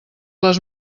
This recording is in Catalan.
les